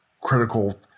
critical